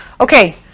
Okay